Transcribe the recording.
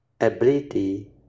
ability